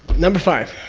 number five?